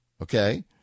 okay